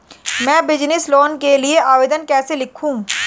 मैं business loan के लिए आवेदन कैसे लिखूँ?